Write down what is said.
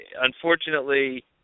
unfortunately